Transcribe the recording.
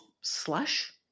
slush